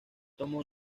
tomó